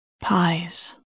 pies